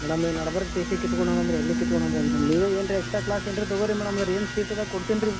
madam ನೀವು T C ಕಿತ್ಕೊಂಡ್ ಹೋಗು ಅಂದರೆ ಎಲ್ಲಿಗೆ ಕಿತ್ಕೊಣೊಗೋಣ ನೀವೇ ಏನಾರ ಎಕ್ಸ್ಟ್ರಾ ಕ್ಲಾಸ್ ಇದ್ರೆ ತೊಗೋಳ್ರಿ ಮೇಡಮ್ ಅದು ಏನು ಪೀಸ್ ಇದೆ ಕೊಡ್ತೀನಿ ರೀ